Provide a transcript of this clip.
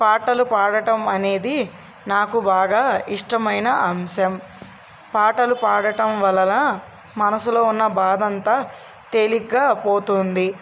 పాటలు పాడటం అనేది నాకు బాగా ఇష్టమైన అంశం పాటలు పాడటం వలన మనసులో ఉన్న బాధ అంతా తేలికగా పోతుంది